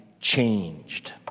changed